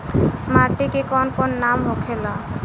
माटी के कौन कौन नाम होखे ला?